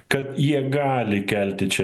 kad jie gali kelti čia